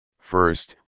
first